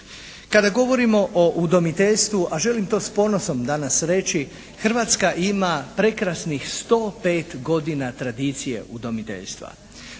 Kada govorimo o udomiteljstvu, a želim to s ponosom danas reći Hrvatska ima prekrasnih 105 godina tradicije udomiteljstva.